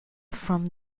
from